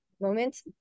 moment